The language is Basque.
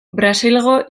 brasilgo